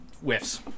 whiffs